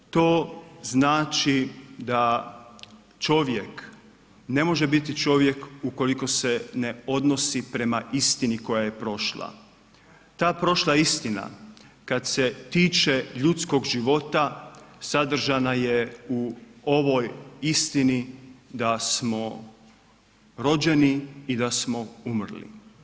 To znači da čovjek ne može biti čovjek ukoliko se ne odnosi prema istina koja je prošla, ta prošla istina kad se tiče ljudskog života, sadržana je u ovoj istini da smo rođeni i da smo umrli.